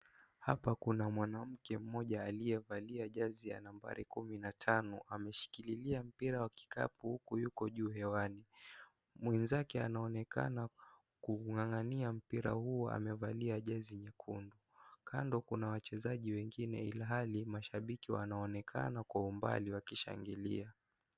Hapa kuna mwanamke aliyevalia jezi ya nambari kumi na tano. Ameshikililia mpira wa kikapu huku yuko juu hewani. Mwenzake anaonekana kuungangania mpira huo, amevalia jezi nyekundu. Kando kuna wachezaji wengine ilhali mashabiki wanaonekana kwa umbali wakishangilia.